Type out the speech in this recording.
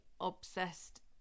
obsessed